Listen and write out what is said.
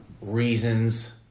reasons